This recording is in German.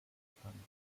verstanden